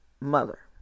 mother